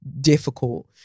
difficult